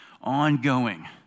ongoing